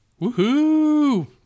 Woohoo